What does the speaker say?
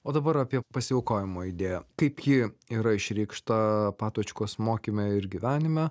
o dabar apie pasiaukojimo idėją kaip ji yra išreikšta patočkos mokyme ir gyvenime